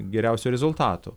geriausių rezultatų